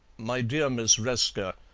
my dear miss resker,